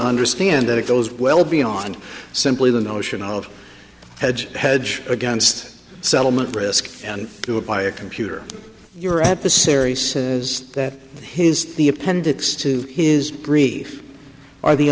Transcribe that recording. understand that it goes well beyond simply the notion of a hedge hedge against settlement risk and do it by a computer you're at the series is that his the appendix to his brief are the